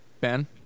Ben